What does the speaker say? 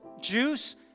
juice